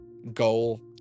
goal